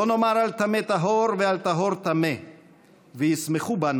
הולך ונשכח,